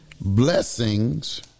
Blessings